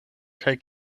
kaj